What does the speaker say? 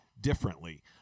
differently